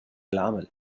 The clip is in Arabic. العمل